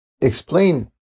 explain